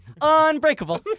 Unbreakable